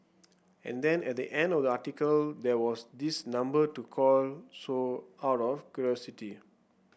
and then at the end of the article there was this number to call so out of curiosity